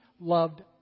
loved